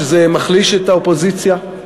1. זה שזה מחליש את האופוזיציה, וואו.